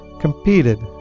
competed